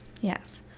Yes